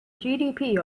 gdp